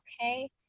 okay